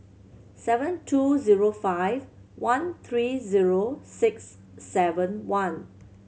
seven two zero five one three zero six seven one